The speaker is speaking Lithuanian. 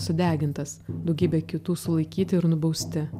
sudegintas daugybė kitų sulaikyti ir nubausti